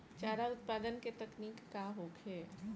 चारा उत्पादन के तकनीक का होखे?